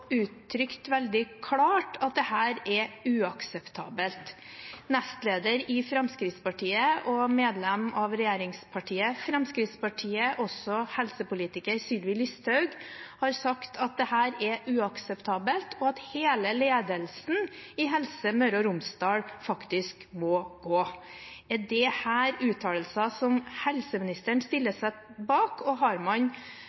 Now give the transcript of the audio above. uttrykt veldig klart at dette er uakseptabelt. Sylvi, Listhaug, nestleder i Fremskrittspartiet, medlem av regjeringspartiet Fremskrittspartiet og også helsepolitiker, har sagt at dette er uakseptabelt, og at hele ledelsen i Helse Møre og Romsdal faktisk må gå. Er dette uttalelser som helseministeren stiller seg bak? Og har man